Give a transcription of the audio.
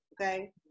okay